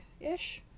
ish